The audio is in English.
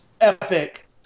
Epic